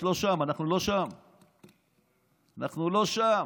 את לא שם, אנחנו לא שם.